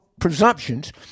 presumptions